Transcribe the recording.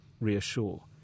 reassure